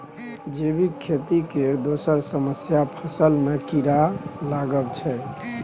जैबिक खेती केर दोसर समस्या फसल मे कीरा लागब छै